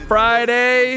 Friday